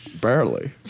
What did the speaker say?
Barely